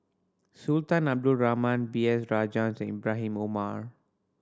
Sultan Abdul Rahman B S Rajhans Ibrahim Omar